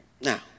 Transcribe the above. Now